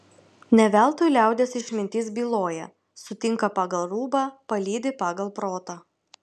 ne veltui liaudies išmintis byloja sutinka pagal rūbą palydi pagal protą